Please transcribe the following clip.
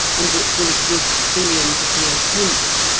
and which will exist billions of years hence,